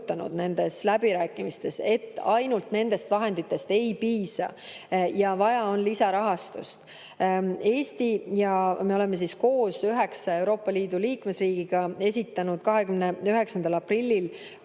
nendes läbirääkimistes, et ainult nendest vahenditest ei piisa ja vaja on lisarahastust. Me Eestis oleme koos üheksa Euroopa Liidu liikmesriigiga esitanud 29. aprillil